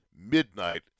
midnight